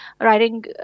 writing